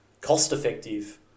cost-effective